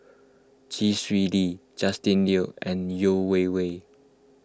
Chee Swee Lee Justin Lean and Yeo Wei Wei